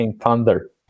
thunder